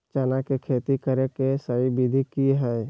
चना के खेती करे के सही विधि की हय?